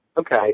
Okay